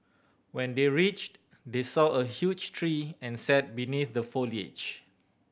when they reached they saw a huge tree and sat beneath the foliage